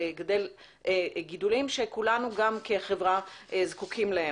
לגדל גידולים שכולנו גם כחברה זקוקים להם.